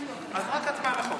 אז רק הצבעה על החוק.